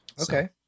Okay